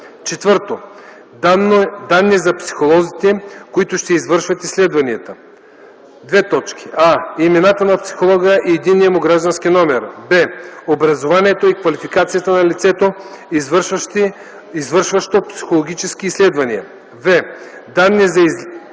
4. данни за психолозите, които ще извършват изследванията: а) имената на психолога и единният му граждански номер; б) образованието и квалификацията на лицето, извършващо психологически изследвания; в) данни за влезли